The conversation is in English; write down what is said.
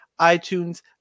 iTunes